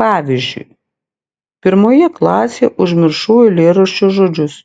pavyzdžiui pirmoje klasėje užmiršau eilėraščio žodžius